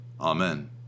Amen